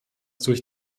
durch